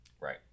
Right